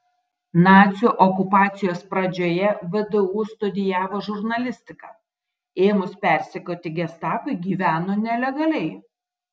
nacių okupacijos pradžioje vdu studijavo žurnalistiką ėmus persekioti gestapui gyveno nelegaliai